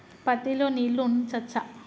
పత్తి లో నీళ్లు ఉంచచ్చా?